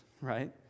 right